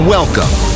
Welcome